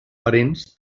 parents